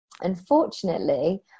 unfortunately